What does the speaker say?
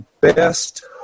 best